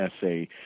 essay